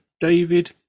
David